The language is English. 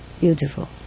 beautiful